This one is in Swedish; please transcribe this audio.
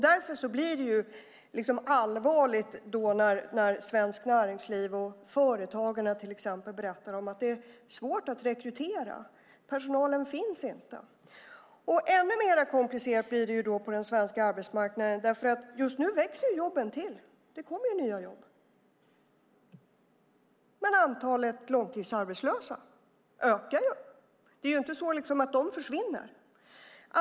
Därför blir det allvarligt när till exempel Svenskt Näringsliv och Företagarna berättar att det är svårt att rekrytera. Personalen finns inte. Det blir ännu mer komplicerat på den svenska arbetsmarknaden eftersom antalet jobb växer nu. Det kommer nya jobb, men antalet långtidsarbetslösa ökar. De försvinner inte.